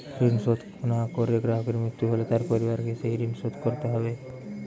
ঋণ শোধ না করে গ্রাহকের মৃত্যু হলে তার পরিবারকে সেই ঋণ শোধ করতে হবে?